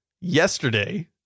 yesterday